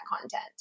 content